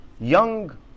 young